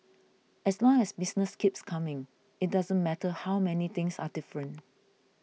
as long as business keeps coming it doesn't matter how many things are different